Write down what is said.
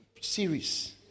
series